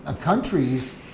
countries